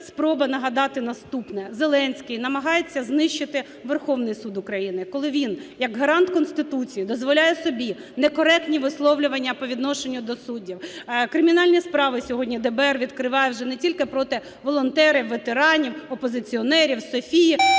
спроба нагадати наступне: Зеленський намагається знищити Верховний Суд України, коли він, як гарант Конституції, дозволяє собі некоректні висловлювання по відношенню до суддів. Кримінальні справи сьогодні ДБР відкриває вже не тільки проти волонтерів, ветеранів, опозиціонерів, Софії,